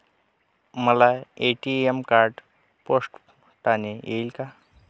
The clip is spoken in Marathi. मला ए.टी.एम कार्ड पोस्टाने येईल का?